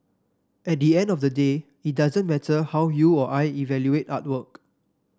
at the end of the day it doesn't matter how you or I evaluate artwork